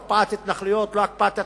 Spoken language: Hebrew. הקפאת התנחלויות לא הקפאת התנחלויות.